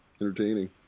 entertaining